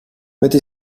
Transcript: этой